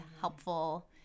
helpful